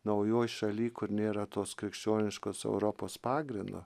naujoj šaly kur nėra tos krikščioniškos europos pagrindo